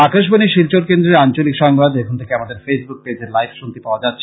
আকাশবাণী শিলচর কেন্দ্রের আঞ্চলিক সংবাদ এখন থেকে আমাদের ফেইসবুক পেজে লাইভ শুনতে পাওয়া যাচ্ছে